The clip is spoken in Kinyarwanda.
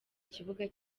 kibuga